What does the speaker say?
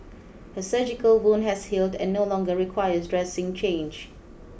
her surgical wound has healed and no longer requires dressing change